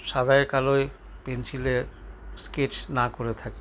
সাদায় কালোয় পেন্সিলের স্কেচ না করে থাকি